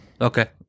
okay